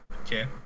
Okay